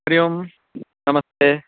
हरिः ओं नमस्ते